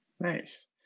nice